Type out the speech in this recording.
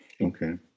Okay